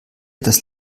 das